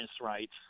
rights